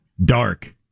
Dark